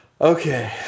Okay